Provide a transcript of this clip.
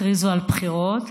הכריזו על בחירות,